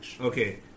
Okay